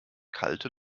kalte